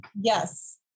Yes